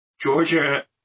Georgia